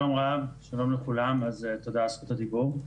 שלום לכולם ותודה על זכות הדיבור.